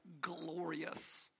glorious